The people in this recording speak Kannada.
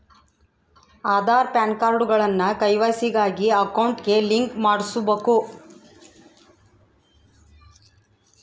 ಆದಾರ್, ಪಾನ್ಕಾರ್ಡ್ಗುಳ್ನ ಕೆ.ವೈ.ಸಿ ಗಾಗಿ ಅಕೌಂಟ್ಗೆ ಲಿಂಕ್ ಮಾಡುಸ್ಬಕು